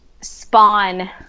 spawn